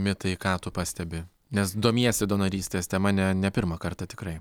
mitai ką tu pastebi nes domiesi donorystės tema ne ne pirmą kartą tikrai